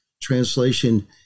translation